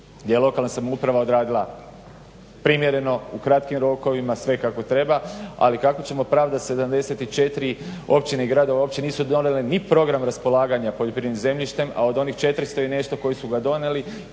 gdje je lokalna samouprava odradila primjereno u kratkim rokovima sve kako treba, ali kako ćemo pravdati 74 općine i gradova koje uopće nisu donijele ni Program raspolaganja poljoprivrednim zemljištem, a od onih 400 i nešto koji su ga donijeli